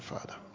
Father